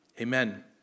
Amen